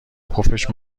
پفش